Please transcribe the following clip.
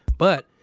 but,